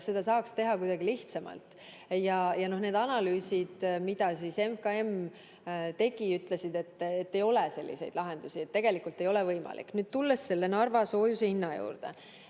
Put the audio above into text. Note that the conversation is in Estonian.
seda teha kuidagi lihtsamalt. Ja need analüüsid, mida MKM tegi, ütlesid, et ei ole selliseid lahendusi, nii et tegelikult ei ole võimalik. Tulles Narva soojuse hinna juurde,